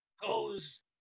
goes